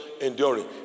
enduring